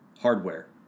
Hardware